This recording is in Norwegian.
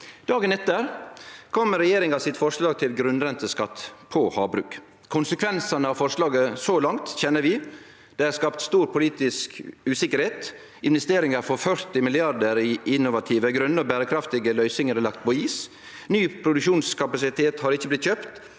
Dagen etter kom forslaget frå regjeringa til grunnrenteskatt på havbruk. Konsekvensane av forslaget så langt kjenner vi. Det er skapt stor politisk usikkerheit. Investeringar for 40 mrd. kr i innovative, grøne og berekraftige løysingar er lagde på is. Ny produksjonskapasitet har ikkje blitt kjøpt,